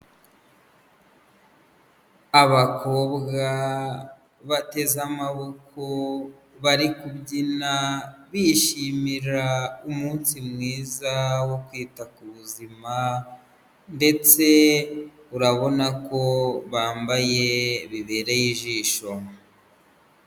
Abakobwa bateze amaboko bari kubyina bishimira umunsi mwiza wo kwita ku buzima ndetse urabona ko bambaye bibereye ijisho.